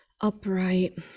upright